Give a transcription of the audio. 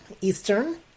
Eastern